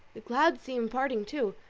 the clouds seem parting too,